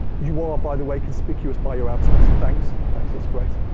you are, by the way, conspicuous by your absence, thanks. thanks, that's great.